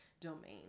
domain